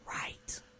Right